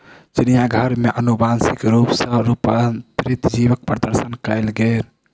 चिड़ियाघर में अनुवांशिक रूप सॅ रूपांतरित जीवक प्रदर्शन कयल गेल